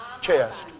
chest